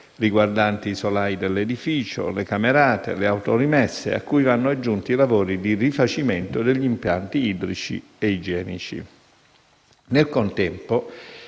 riguardanti i solai dell'edificio, le camerate, le autorimesse, a cui vanno aggiunti i lavori di rifacimento degli impianti idrici e igienici. Nel contempo,